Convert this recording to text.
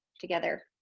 together